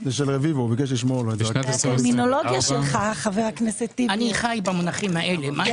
הוא מיוחד בתכנית שנקראת תקציב ההתאמות ולא נוגעים בו אלא --- אבל מה